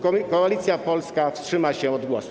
Koalicja Polska wstrzyma się od głosu.